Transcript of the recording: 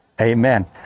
amen